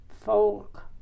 folk